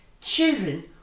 Children